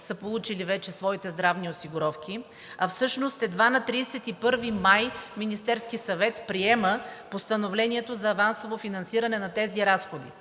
са получили вече своите здравни осигуровки, а всъщност едва на 31 май Министерският съвет приема Постановлението за авансово финансиране на тези разходи.